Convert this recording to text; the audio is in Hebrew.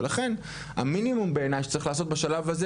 ולכן המינימום בעיניי שצריך לעשות בשלב הזה,